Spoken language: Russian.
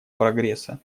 прогресса